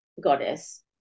goddess